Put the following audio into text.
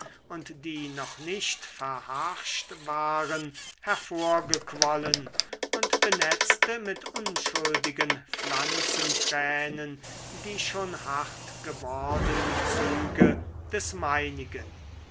und die noch nicht verharscht waren hervorgequollen und benetzte mit unschuldigen pflanzentränen die schon hart gewordenen züge des meinigen